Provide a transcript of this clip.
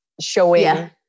showing